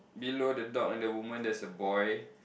below the dog and the woman there's a boy